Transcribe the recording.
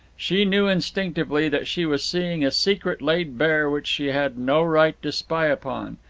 she knew instinctively that she was seeing a secret laid bare which she had no right to spy upon.